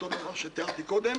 והשני בחינת עוצמת ניגוד העניינים.